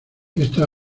esta